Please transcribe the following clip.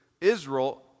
Israel